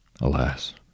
Alas